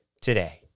today